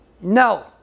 No